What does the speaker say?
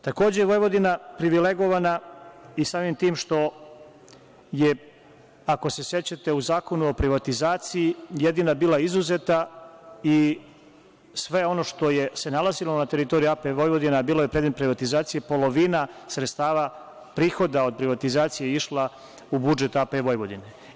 Takođe, Vojvodina je privilegovana i samim tim što je, ako se sećate u Zakonu o privatizaciji, jedina bila izuzeta i sve ono što se nalazilo na teritoriji AP Vojvodine, bilo je predmet privatizacije, polovina sredstava, prihoda od privatizacije je išla u budžet AP Vojvodine.